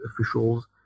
officials